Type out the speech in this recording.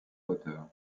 hauteur